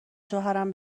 شوهرم